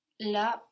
La